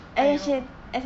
!aiyo!